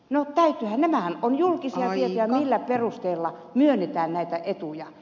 no nämähän ovat julkisia tietoja millä perusteella myönnetään näitä etuja